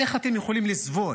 איך אתם יכולים לסבול